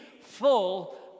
full